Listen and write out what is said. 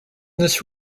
this